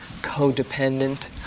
codependent